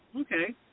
Okay